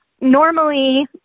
normally